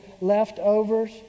leftovers